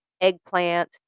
eggplant